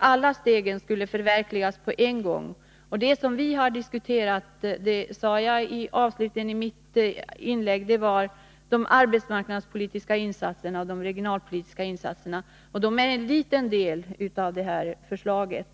Alla stegen skulle tas på en gång. Det som vi har diskuterat var, som jag sade i slutet av mitt tidigare inlägg, de arbetsmarknadspolitiska och regionalpolitiska insatserna. De är en liten del av förslaget.